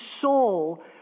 soul